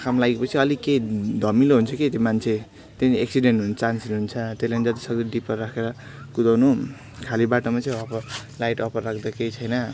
आँखामा लागेपछि अलिक केही धमिलो हुन्छ के मान्छे त्यहाँदेखिन् एक्सिडेन्ट हुने चान्सेस हुन्छ त्यो लागि जति सक्दो डिपर राखेर कुदाउनु खाली बाटोमा चाहिँ अब लाइट अप्पर राख्दा केही छैन